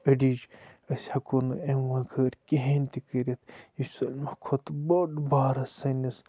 أڈِجۍ أسۍ ہٮ۪کو نہٕ امہِ وَغٲر کِہیٖنۍ تہِ کٔرِتھ یہِ چھُ سٲلمو کھۄتہٕ بوٚڑ بارٕ سٲنِس